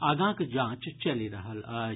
आगाँक जांच चलि रहल अछि